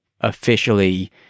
officially